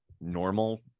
normal